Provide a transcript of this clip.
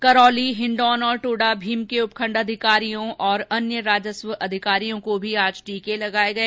करौली हिंडौन और टोडामीम के उपखंड अधिकारी और अन्य राजस्व अधिकारियों को भी आज टीके लगाए गए